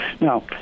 Now